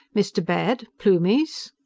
mr. baird! plumies?